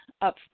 up